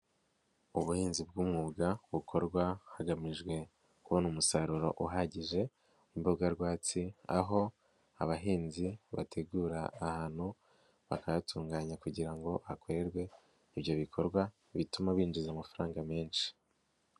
Ubuhinzi bw'umwuga bukorwa hagamijwe kubona umusaruro uhagije w'imboga rwatsi, aho abahinzi bategura ahantu bakayatunganya kugira ngo hakorerwe ibyo bikorwa bituma binjiza amafaranga menshi.